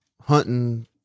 hunting